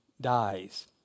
dies